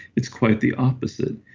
it's quite the opposite.